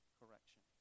correction